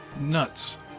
nuts